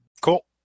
Cool